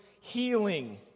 healing